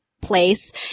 place